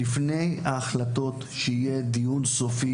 לפני ההחלטות שיהיה דיון סופי,